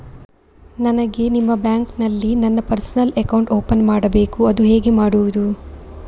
ನನಗೆ ನಿಮ್ಮ ಬ್ಯಾಂಕಿನಲ್ಲಿ ನನ್ನ ಪರ್ಸನಲ್ ಅಕೌಂಟ್ ಓಪನ್ ಮಾಡಬೇಕು ಅದು ಹೇಗೆ ಮಾಡುವುದು?